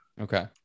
Okay